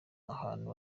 ahantu